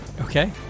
Okay